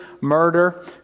murder